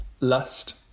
lust